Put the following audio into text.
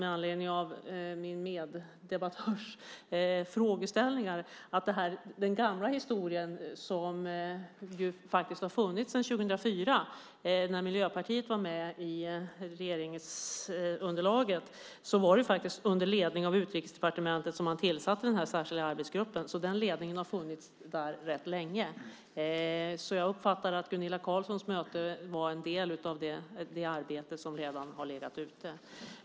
Med anledning av min meddebattörs frågeställningar kan jag bara konstatera att redan 2004, när Miljöpartiet var med i regeringsunderlaget, tillsattes den här särskilda arbetsgruppen under ledning av Utrikesdepartementet. Den ledningen har alltså funnits rätt länge. Jag uppfattar att Gunilla Carlssons möte var en del av det arbete som redan har legat ute.